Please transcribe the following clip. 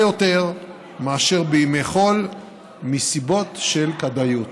יותר מאשר בימי חול מסיבות של כדאיות.